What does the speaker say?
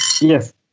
Yes